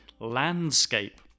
landscape